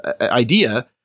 idea